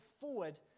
forward